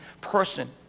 person